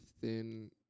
thin